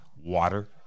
Water